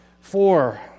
four